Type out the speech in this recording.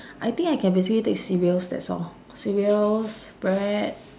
I think I can basically take cereals that's all cereals bread